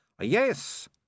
Yes